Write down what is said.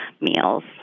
meals